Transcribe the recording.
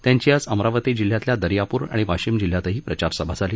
त्यांची आज अमरावती जिल्ह्यातल्या दर्यापूर आणि वाशिम जिल्ह्यातही प्रचारसभा झाली